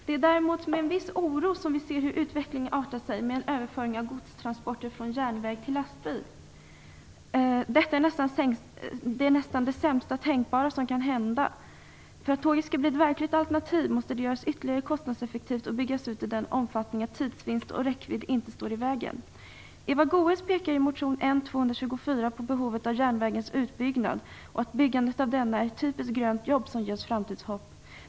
Det är däremot med en viss oro som vi ser på överföringen av godstransporter från järnväg till lastbil. Detta är nästan det sämsta som kan hända. För att tåget skall bli ett verkligt alternativ måste det göras ännu mer kostnadseffektivt och tågtrafiken byggas ut i sådan omfattningen att tidsvinst och räckvidd inte står i vägen. Eva Goës pekar i motion N234 på behovet av att bygga ut järnvägen och att en sådan utbyggnad är ett typiskt grönt jobb som ger oss framtidshopp.